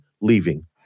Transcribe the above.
leaving